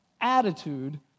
attitude